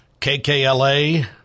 KKLA